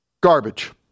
Garbage